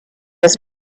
his